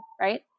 right